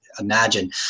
imagine